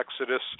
Exodus